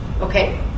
okay